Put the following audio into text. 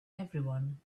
everyone